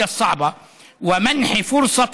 לפועל,